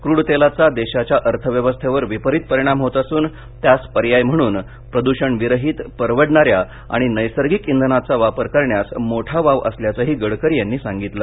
crude तेलाचा देशाच्या अर्थव्यवस्थेवर विपरीत परिणाम होत असून त्यास पर्याय म्हणून प्रदूषण विरहित परवडणा या आणि नैसर्गिंक इंधनाचा वापर करण्यास मोठा वाव असल्याचंही गडकरी यांनी सांगितलं